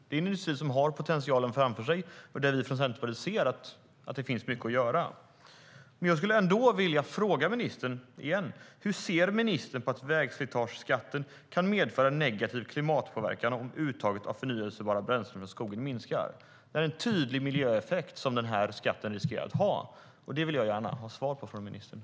Det är en industri som har potential och där vi i Centerpartiet ser att det finns mycket att göra.